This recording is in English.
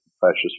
fascist